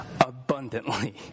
abundantly